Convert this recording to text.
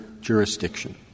jurisdiction